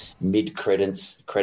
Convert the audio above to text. mid-credits